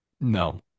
No